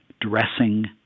dressing